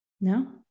No